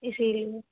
اسی لیے